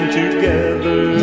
together